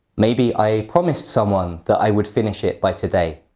maybe i promised someone that i would finish it by today,